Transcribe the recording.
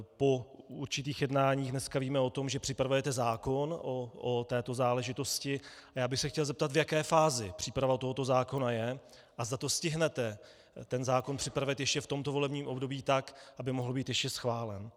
Po určitých jednáních dneska víme o tom, že připravujete zákon o této záležitosti, a já bych se chtěl zeptat, v jaké fázi příprava tohoto zákona je a zda stihnete připravit zákon ještě v tomto volebním období tak, aby mohl být ještě schválen.